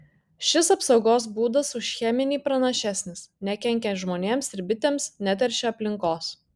šis apsaugos būdas už cheminį pranašesnis nekenkia žmonėms ir bitėms neteršia aplinkos